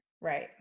Right